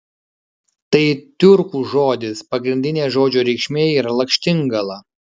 tai tiurkų žodis pagrindinė žodžio reikšmė yra lakštingala